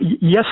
Yes